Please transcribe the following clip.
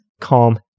calm